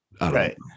right